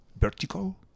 vertical